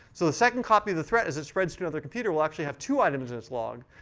so the second copy of the threat as it spreads to another computer will actually have two items in its log,